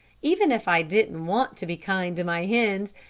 even if i didn't want to be kind to my hens,